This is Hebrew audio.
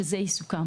שזה עיסוקם.